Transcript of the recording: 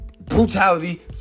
brutality